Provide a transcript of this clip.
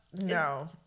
no